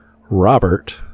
Robert